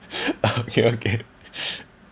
okay okay